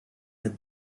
het